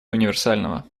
универсального